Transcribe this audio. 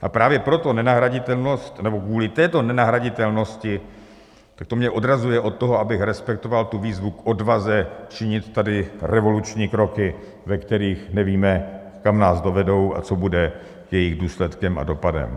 A právě pro tu nenahraditelnost nebo kvůli této nenahraditelnosti, tak to mě odrazuje od toho, abych respektoval výzvu k odvaze činit tady revoluční kroky, ve kterých nevíme, kam nás dovedou a co bude jejich důsledkem a dopadem.